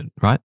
right